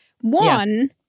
one